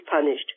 punished